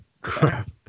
Crap